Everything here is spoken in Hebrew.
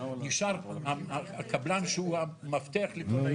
נשאר הקבלן שהוא המפתח לכל העניין.